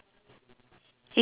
it's seven